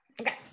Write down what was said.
Okay